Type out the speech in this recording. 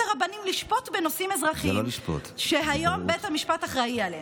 הרבנים לשפוט רק בנושאים אזרחיים שהיום בית המשפט אחראי עליהם.